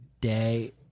day